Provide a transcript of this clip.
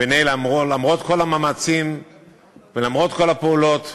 והנה, למרות כל המאמצים ולמרות כל הפעולות,